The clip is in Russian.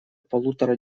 полутора